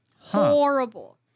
Horrible